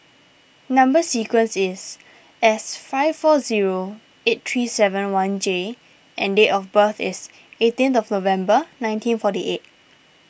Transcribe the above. Number Sequence is S five four zero eight three seven one J and date of birth is eighteenth of November nineteen forty eight